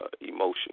emotion